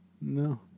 No